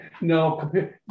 No